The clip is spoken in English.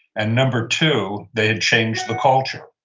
and number two, they had changed the culture.